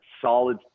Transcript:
solid